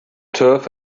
turf